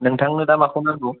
नोंथांनो दा माखौ नांगौ